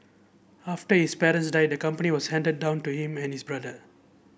after his parents died the company was handed down to him and his brother